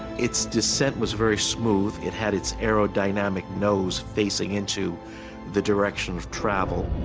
its descent was very smooth it had its aerodynamic nose facing into the direction of travel.